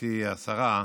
גברתי השרה,